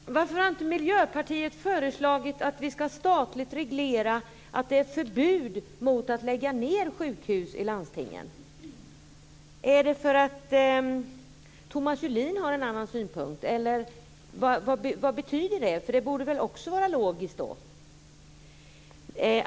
Fru talman! Varför har inte Miljöpartiet föreslagit att staten ska reglera att det är förbud mot att lägga ned sjukhus i landstingen? Är det för att Thomas Julin har en annan synpunkt eller vad betyder det? Det borde väl också vara logiskt?